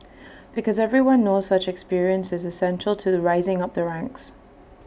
because everyone knows such experience is essential to rising up the ranks